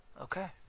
Okay